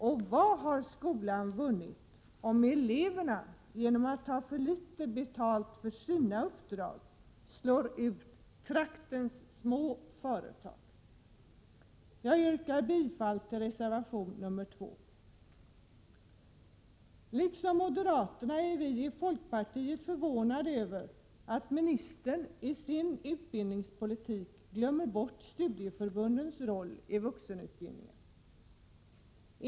Och vad har skolan vunnit om eleverna genom att ta för litet betalt för sina uppdrag slår ut traktens små företag? Jag yrkar bifall till reservation nr 2. Liksom moderaterna är vi i folkpartiet förvånade över att ministern i sin utbildningspolitik glömmer bort studieförbundens roll i vuxenutbildningen.